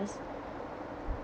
~ces